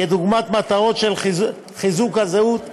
כדוגמת מטרות של חיזוק הזהות היהודית,